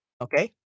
Okay